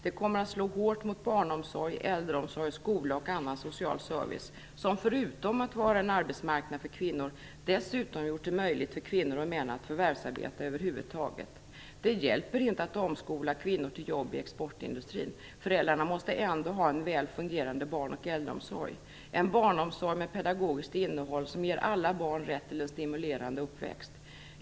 De kommer att slå hårt mot barnomsorg, äldreomsorg, skola och annan social service, som förutom att den är en arbetsmarknad för kvinnor har gjort det möjligt för kvinnor och män att förvärvsarbeta över huvud taget. Det hjälper inte att omskola kvinnor till jobb i exportindustrin - föräldrarna måste ändå ha en väl fungerande barn och äldreomsorg, en barnomsorg med pedagogiskt innehåll som ger alla barn rätt till en stimulerande uppväxt.